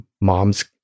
mom's